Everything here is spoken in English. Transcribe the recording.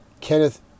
Kenneth